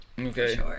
Okay